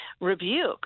rebuke